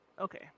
okay